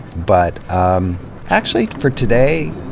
but um actually, for today,